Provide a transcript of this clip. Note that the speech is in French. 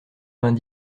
vingt